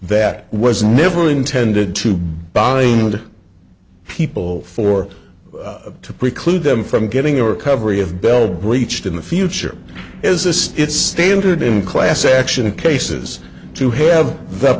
that was never intended to bind people for to preclude them from getting a recovery of bell breached in the future is this it's standard in class action cases to have th